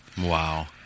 Wow